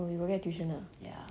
oh you will get tuition ah